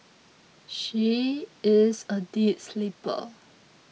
she is a deep sleeper